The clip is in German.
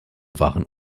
waren